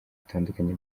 butandukanye